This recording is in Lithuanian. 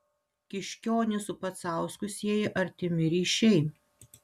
kiškionį su pacausku sieja artimi ryšiai